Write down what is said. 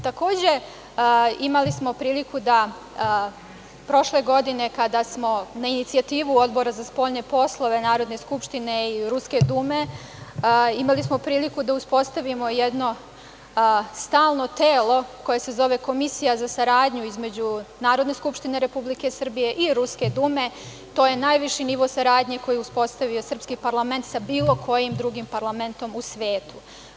Takođe, imali smo priliku da prošle godine kada smo na inicijativu Odbora za spoljne poslove Narodne skupštine i Ruske Dume, imali smo priliku da uspostavimo jedno stalno telo koje se zove Komisija za saradnju između Narodne skupštine Republike Srbije i Ruske Dume, to je najviši nivo saradnje koji je uspostavio srpski parlament sa bilo kojim drugim parlamentom u svetu.